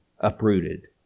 uprooted